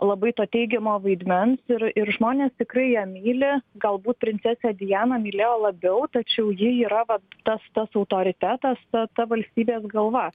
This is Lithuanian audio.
labai to teigiamo vaidmens ir ir žmonės tikrai ją myli galbūt princesę dianą mylėjo labiau tačiau ji yra tas tas autoritetas ta valstybės galva